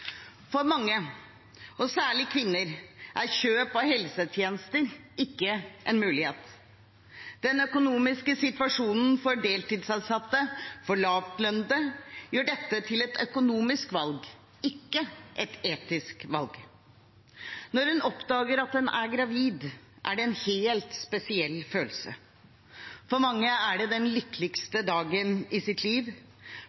For mange, og særlig kvinner, er kjøp av helsetjenester ikke en mulighet. Den økonomiske situasjonen for deltidsansatte, for lavtlønte, gjør dette til et økonomisk valg, ikke et etisk valg. Når man oppdager at man er gravid, er det en helt spesiell følelse. For mange er det den